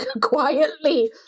quietly